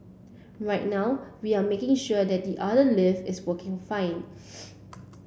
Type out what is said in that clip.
right now we are making sure that the other lift is working fine